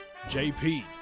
JP